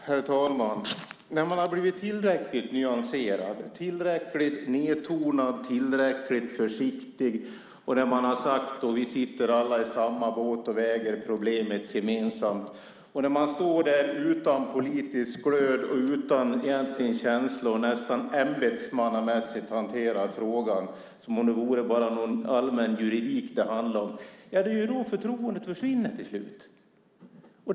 Herr talman! Det är när man har blivit tillräckligt nyanserad, tillräckligt nedtonad och tillräckligt försiktig och sagt att vi alla sitter i samma båt och äger problemet gemensamt, när man står där utan politisk glöd och utan ens en känsla och nästan ämbetsmannamässigt hanterar frågan, som om det vore bara någon allmän juridik det handlade om, som förtroendet till slut försvinner.